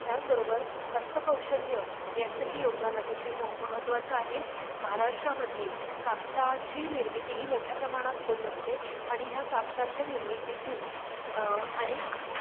त्याचबरोबर हस्तकौशल्य यांचंही योगदान अतिशय मग महत्त्वाचं आहे महाराष्ट्रामध्ये कापसाची निर्मिती ही मोठ्या प्रमाणात होत असते आणि ह्या कापसाच्या निर्मितीतून अनेक